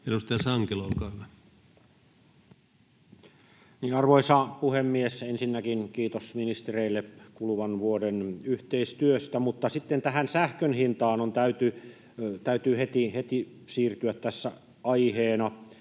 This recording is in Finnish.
Edustaja Sankelo, olkaa hyvä. Arvoisa puhemies! Ensinnäkin kiitos ministereille kuluvan vuoden yhteistyöstä. Sitten tähän sähkön hintaan täytyy heti siirtyä tässä aiheena: